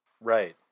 Right